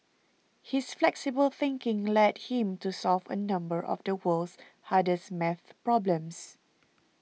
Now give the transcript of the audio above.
his flexible thinking led him to solve a number of the world's hardest maths problems